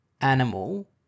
animal